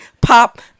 Pop